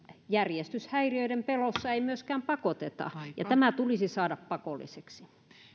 järjestyshäiriöiden pelossa ei myöskään pakoteta tämä tulisi saada pakolliseksi